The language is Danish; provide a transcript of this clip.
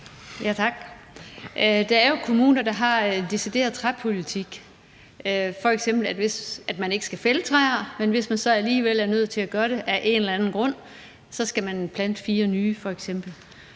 Tak. Der er jo kommuner, der har en decideret træpolitik, f.eks. at man ikke skal fælde træer, men at man, hvis man så alligevel er nødt til at gøre det af en eller anden grund, så skal plante fire nye. Tænker